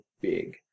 big